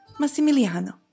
Massimiliano